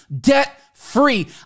debt-free